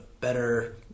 better